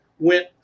went